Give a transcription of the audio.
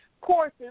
courses